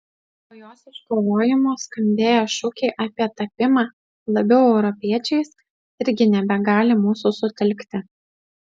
po jos iškovojimo skambėję šūkiai apie tapimą labiau europiečiais irgi nebegali mūsų sutelkti